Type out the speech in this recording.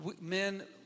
men